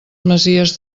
masies